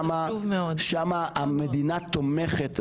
שם המדינה תומכת,